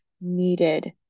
needed